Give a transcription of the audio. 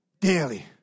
Daily